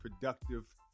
productive